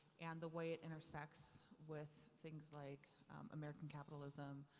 and the way it intersects with things like american capitalism,